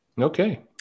Okay